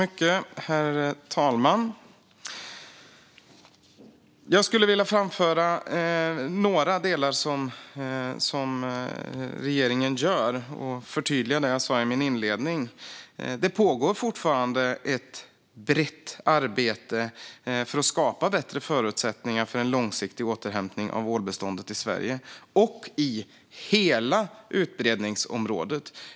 Herr talman! Jag skulle vilja ta upp några delar som regeringen arbetar med och förtydliga det jag sa i min inledning. Det pågår ett brett arbete för att skapa bättre förutsättningar för en långsiktig återhämtning av ålbeståndet i Sverige och i hela utbredningsområdet.